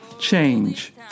change